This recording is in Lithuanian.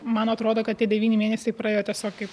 man atrodo kad tie devyni mėnesiai praėjo tiesiog kaip